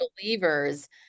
believers